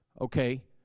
Okay